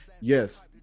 Yes